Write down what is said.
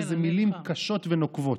איזה מילים קשות ונוקבות.